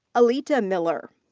alita miller.